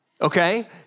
Okay